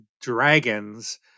dragons